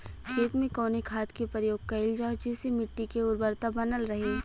खेत में कवने खाद्य के प्रयोग कइल जाव जेसे मिट्टी के उर्वरता बनल रहे?